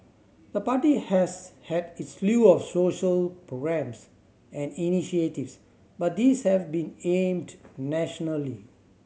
the party has had its slew of social programmes and initiatives but these have been aimed nationally